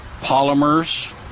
Polymers